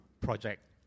project